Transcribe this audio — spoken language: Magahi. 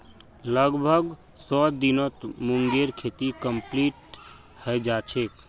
लगभग सौ दिनत मूंगेर खेती कंप्लीट हैं जाछेक